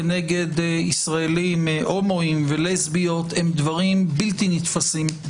כנגד ישראלים הומואים ולסביות הם בלתי נתפסים.